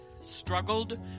struggled